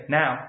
now